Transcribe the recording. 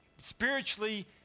spiritually